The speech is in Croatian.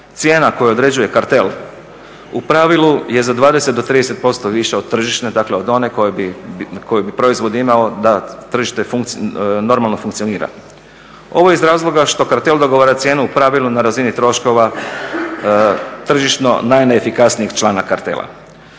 cijena koja određuje kartel u pravilu je za 20 do 30% viša od tržišne dakle od one koju bi proizvod imao da tržište normalno funkcionira. Ovo je iz razloga što kartel dogovara cijenu u pravilu na razini troškova tržišno najneefikasnijih člana kartela.